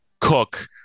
Cook